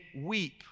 weep